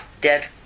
dead